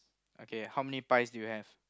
okay how many pies do you have